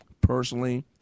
personally